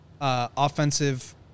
offensive